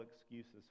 excuses